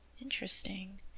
interesting